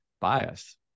bias